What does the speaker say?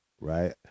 Right